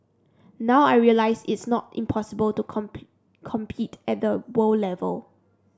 now I realise it's not impossible to compete at the world level